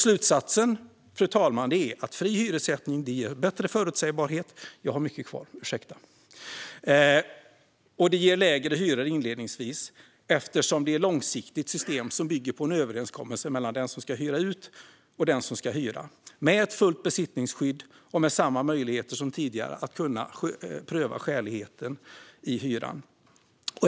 Slutsatsen, fru talman, är alltså att fri hyressättning ger bättre förutsägbarhet och lägre hyror inledningsvis. Det är ett långsiktigt system som bygger på en överenskommelse mellan den som ska hyra ut och den som ska hyra, med ett fullt besittningsskydd och med samma möjligheter som tidigare att pröva hyrans skälighet.